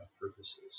purposes